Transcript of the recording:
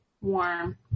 Warm